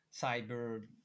cyber